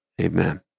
Amen